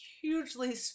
hugely